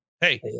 Hey